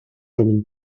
robin